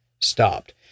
stopped